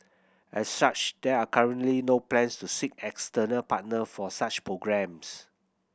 as such there are currently no plans to seek external partner for such programmes